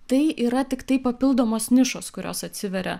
tai yra tiktai papildomos nišos kurios atsiveria